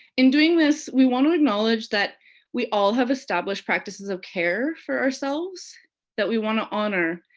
in doing this, we want to acknowledge that we all have established practices of care for ourselves that we wanna honor,